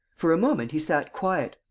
for a moment he sat quiet,